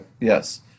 yes